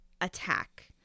attack